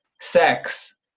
sex